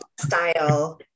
style